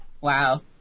Wow